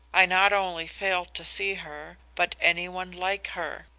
i not only failed to see her, but anyone like her.